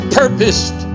purposed